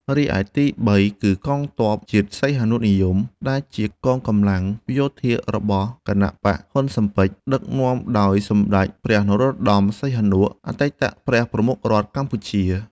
រីឯទីបី គឺកងទ័ពជាតិសីហនុនិយម ដែលជាកងកម្លាំងយោធារបស់គណបក្សហ៊្វុនស៊ិនប៉ិច ដឹកនាំដោយសម្ដេចព្រះនរោត្ដម សីហនុ អតីតព្រះប្រមុខរដ្ឋកម្ពុជា។